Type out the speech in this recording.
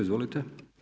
Izvolite.